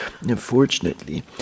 unfortunately